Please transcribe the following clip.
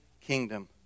kingdom